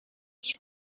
nit